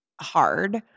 hard